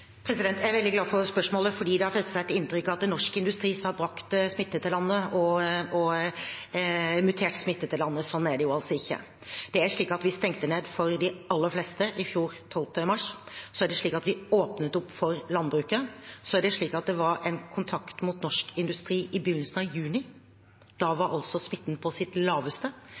Jeg er veldig glad for spørsmålet, for det har festet seg et inntrykk av at det er norsk industri som har brakt mutert smitte til landet, men sånn er det altså ikke. Det er slik at vi stengte ned for de aller fleste 12. mars i fjor. Så åpnet vi opp for landbruket, og det var kontakt mot Norsk Industri i begynnelsen av juni. Da var altså smitten på sitt laveste.